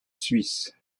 suisse